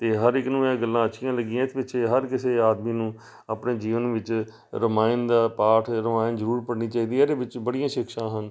ਅਤੇ ਹਰ ਇੱਕ ਨੂੰ ਇਹ ਗੱਲਾਂ ਅੱਛੀਆਂ ਲੱਗੀਆਂ ਇਸ ਵਿੱਚ ਇਹ ਹਰ ਕਿਸੇ ਆਦਮੀ ਨੂੰ ਆਪਣੇ ਜੀਵਨ ਵਿੱਚ ਰਾਮਾਇਣ ਦਾ ਪਾਠ ਰਾਮਾਇਣ ਜ਼ਰੂਰ ਪੜ੍ਹਨੀ ਚਾਹੀਦੀ ਹੈ ਇਹਦੇ ਵਿੱਚ ਬੜੀਆਂ ਸ਼ਿਕਸ਼ਾ ਹਨ